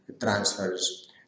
transfers